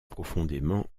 profondément